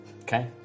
Okay